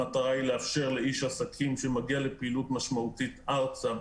המטרה היא לאפשר לאיש עסקים שמגיע לפעילות משמעותית ארצה,